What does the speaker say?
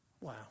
Wow